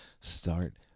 start